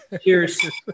cheers